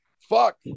fuck